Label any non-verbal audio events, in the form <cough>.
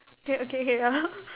okay okay K <laughs>